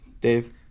Dave